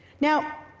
now,